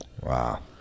Wow